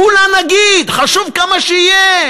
כולה נגיד, חשוב כמה שיהיה.